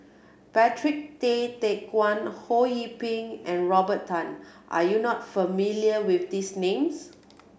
Patrick Tay Teck Guan Ho Yee Ping and Robert Tan are you not familiar with these names